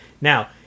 Now